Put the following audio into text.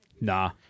nah